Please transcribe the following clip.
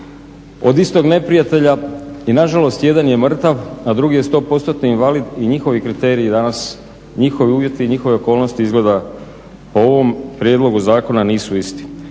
od istog neprijatelja i nažalost jedan je mrtav, a drugi je 100%-ni invalid. I njihovi kriteriji danas, njihovi uvjeti i njihove okolnosti izgleda po ovom prijedlogu zakona nisu isti.